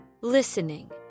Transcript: Listening